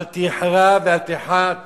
אל תירא ואל תיחת